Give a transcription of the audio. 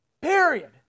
period